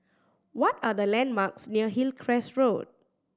what are the landmarks near Hillcrest Road